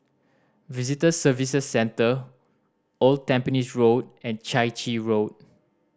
Visitor Services Centre Old Tampines Road and Chai Chee Road